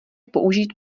použít